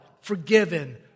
forgiven